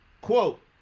Quote